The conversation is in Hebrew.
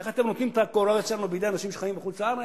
איך אתם נותנים את הגורלות שלנו בידי אנשים שחיים בחוץ-לארץ?